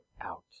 out